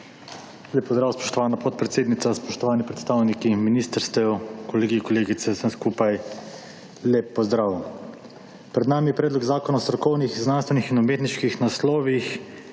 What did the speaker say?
Lep pozdrav, spoštovana podpredsednica. Spoštovani predstavniki ministrstev, kolegi, kolegice, vsem skupaj lep pozdrav! Pred nami je Predlog Zakona o strokovnih, znanstvenih in umetniških naslovih,